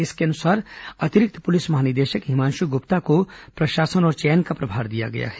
इसके अनुसार अतिरिक्त पुलिस महानिदेशक हिमांशु गुप्ता को प्रशासन और चयन का प्रभार दिया गया है